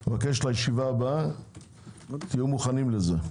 אני מבקש שלשיבה הבאה תהיו מוכנים לזה.